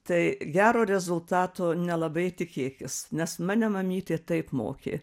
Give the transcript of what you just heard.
tai gero rezultato nelabai tikėkis nes mane mamytė taip mokė